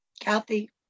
Kathy